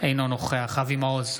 אינו נוכח אבי מעוז,